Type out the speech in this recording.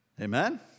Amen